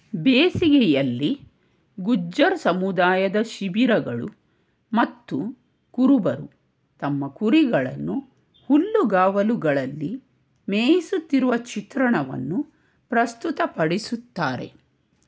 ಬೇಸಿಗೆಯಲ್ಲಿ ಗುಜ್ಜರ್ ಸಮುದಾಯದ ಶಿಬಿರಗಳು ಮತ್ತು ಕುರುಬರು ತಮ್ಮ ಕುರಿಗಳನ್ನು ಹುಲ್ಲುಗಾವಲುಗಳಲ್ಲಿ ಮೇಯಿಸುತ್ತಿರುವ ಚಿತ್ರಣವನ್ನು ಪ್ರಸ್ತುತಪಡಿಸುತ್ತಾರೆ